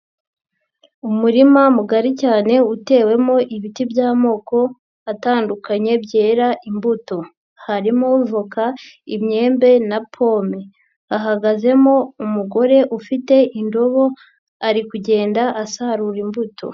Umurima mugari cyane utewemo ibiti by'amoko atandukanye byera imbuto harimo voka, imyembe na pome, hahagazemo umugore ufite indobo ari kugenda asarura imbuto.